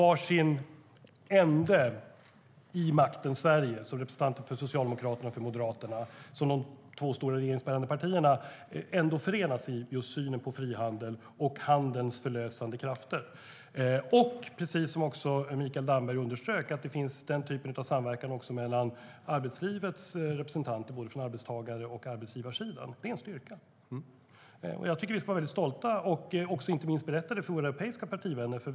Jag och Mikael Damberg är representanter för Socialdemokraterna och Moderaterna, som är de två stora regeringsbildande partierna i var sin ände av makten i Sverige, och förenas ändå i synen på frihandel och handelsförlösande krafter. Precis som Mikael Damberg underströk finns den typen av samverkan också mellan arbetslivets representanter, både från arbetstagar och arbetsgivarsidan. Det är en styrka. Det ska vi vara stolta över. Vi ska berätta det för våra europeiska partivänner.